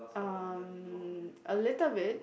um a little bit